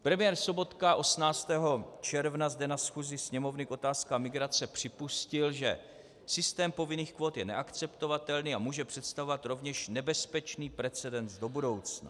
Premiér Sobotka 18. června zde na schůzi Sněmovny k otázkám migrace připustil, že systém povinných kvót je neakceptovatelný a může představovat rovněž nebezpečný precedens do budoucna.